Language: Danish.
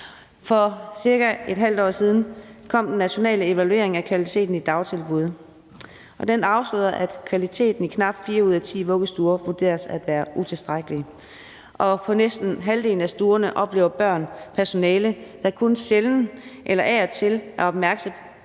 For cirka et halvt år siden kom den nationale undersøgelse af kvaliteten i dagtilbud, og den afslørede, at kvaliteten i knap fire ud af ti vuggestuer vurderes at være utilstrækkelig, og på næsten halvdelen af stuerne oplever børn personale, der kun sjældent eller af og til er opmærksomme på